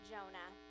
Jonah